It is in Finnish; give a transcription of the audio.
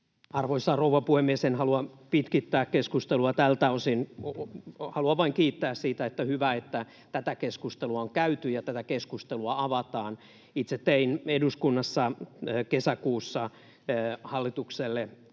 Arvoisa rouva puhemies! En halua pitkittää keskustelua tältä osin. Haluan vain kiittää siitä, ja on hyvä, että tätä keskustelua on käyty ja tätä keskustelua avataan. Itse tein eduskunnassa kesäkuussa hallitukselle